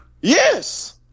yes